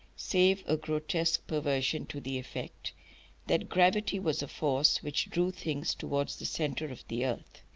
save a grotesque perversion to the effect that gravity was a force which drew things towards the centre of the earth.